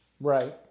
Right